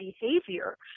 behavior